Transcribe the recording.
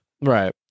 Right